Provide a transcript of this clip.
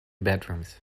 bedrooms